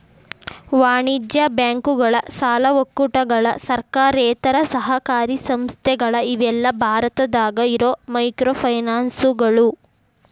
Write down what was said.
ವಾಣಿಜ್ಯ ಬ್ಯಾಂಕುಗಳ ಸಾಲ ಒಕ್ಕೂಟಗಳ ಸರ್ಕಾರೇತರ ಸಹಕಾರಿ ಸಂಸ್ಥೆಗಳ ಇವೆಲ್ಲಾ ಭಾರತದಾಗ ಇರೋ ಮೈಕ್ರೋಫೈನಾನ್ಸ್ಗಳು